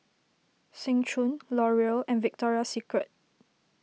Seng Choon Laurier and Victoria Secret